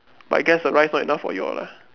but I guess the rice not enough for you all lah